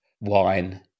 wine